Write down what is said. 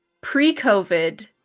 pre-covid